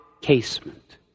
casement